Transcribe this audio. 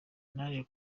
naje